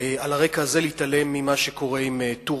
הרקע הזה אי-אפשר להתעלם ממה שקורה עם טורקיה.